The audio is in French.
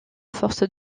force